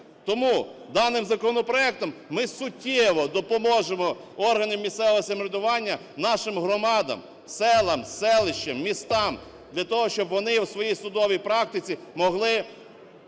Тому даним законопроектом ми суттєво допоможемо органам місцевого самоврядування, нашим громадам, селам, селищам, містам для того, щоб вони у своїй судовій практиці могли,